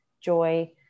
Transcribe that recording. joy